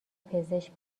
پزشک